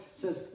says